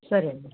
సరే అండి